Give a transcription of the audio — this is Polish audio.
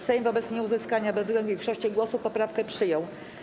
Sejm wobec nieuzyskania bezwzględnej większości głosów poprawkę przyjął.